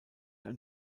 ein